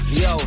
yo